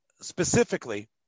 specifically